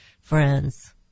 friends